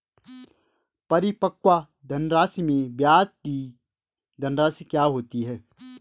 परिपक्व धनराशि में ब्याज की धनराशि क्या होती है?